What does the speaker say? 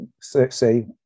say